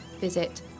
visit